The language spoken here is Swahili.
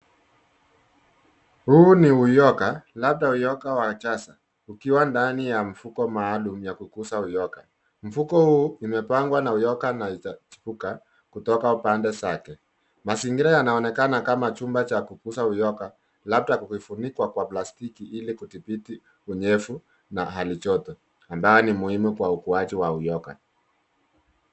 Huu ni uyoga, labda uyoga wa achasa ukiwa ndani ya mfuko maalum ya kukuza uyoga. Mfuko huu imepangwa na uyoga na haijachipuka kutoka upande zake. Mazingira yanaonekana kama chumba cha kukuza uyoga labda kuvifunika kwa plastiki ili kudhibiti unyevu na hali joto ambayo muhimu kwa ukuaji wa uyoga.